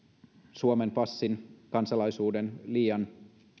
suomen passin kansalaisuuden liian